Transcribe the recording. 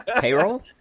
Payroll